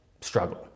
struggle